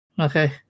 Okay